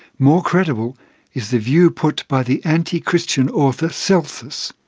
more credible is the view put by the anti-christian author celsus,